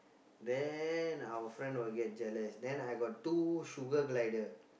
then our friend will get jealous then I got two sugar glider